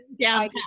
down